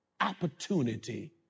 opportunity